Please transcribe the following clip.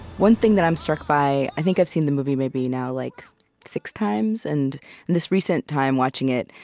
one thing that i'm struck by i think i've seen the movie maybe, now, like six times. and this recent time, watching it,